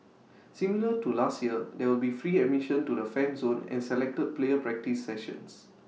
similar to last year there will be free admission to the fan zone and selected player practice sessions